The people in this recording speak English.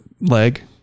leg